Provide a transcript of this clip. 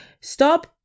Stop